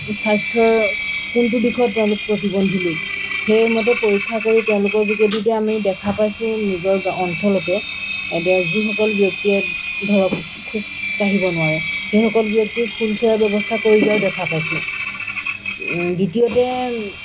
স্বাস্থ্যৰ কোনটো দিশত তেওঁলোক প্ৰতিবন্ধী লোক সেইমতে পৰীক্ষা কৰি তেওঁলোকৰ যোগেদি আমি দেখা পাইছোঁ নিজৰ অঞ্চলতে এতিয়া যিসকল ব্যক্তিয়ে ধৰক খোজকাঢ়িব নোৱাৰে সেইসকল ব্যক্তিক হুইল চেয়াৰৰ ব্যৱস্থা কৰি দিয়াও দেখা পাইছোঁ দ্বিতীয়তে